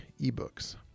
ebooks